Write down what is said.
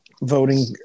voting